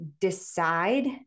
decide